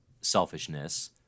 selfishness